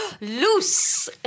Loose